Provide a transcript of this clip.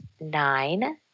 nine